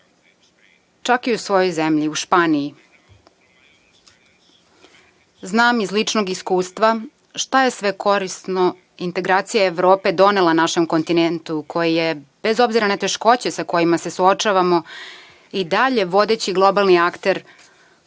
čak i u svojoj zemlji, u Španiji. Znam iz ličnog iskustva šta je sve korisno integracija Evrope donela našem kontinentu koji je bez obzira na teškoće sa kojima se suočavamo i dalje vodeći globalni akter